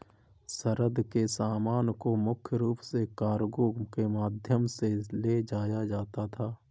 रसद के सामान को मुख्य रूप से कार्गो के माध्यम से ले जाया जाता था